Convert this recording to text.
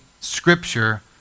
scripture